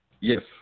Yes